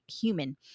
human